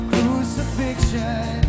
Crucifixion